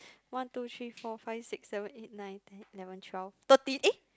one two three four five six seven eight nine ten eleven twelve thirteen eh